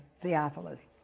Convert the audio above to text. Theophilus